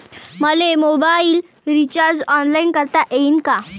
मले mobile recharge online करता येईन का?